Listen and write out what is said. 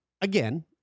again